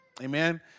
Amen